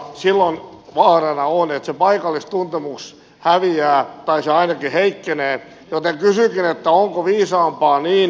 silloin vaarana on että se paikallistuntemus häviää tai se ainakin heikkenee joten kysynkin mikä on viisasta